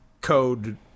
code